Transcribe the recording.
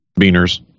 Beaners